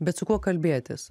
bet su kuo kalbėtis